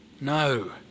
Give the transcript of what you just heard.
No